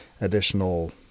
additional